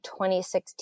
2016